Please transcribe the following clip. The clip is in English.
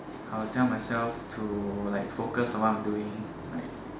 I will tell myself to like focus on what I am doing like